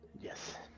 yes